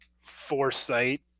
foresight